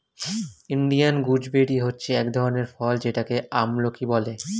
Indian gooseberry হচ্ছে এক ধরনের ফল যেটাকে আমলকি বলে